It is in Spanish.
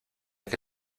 que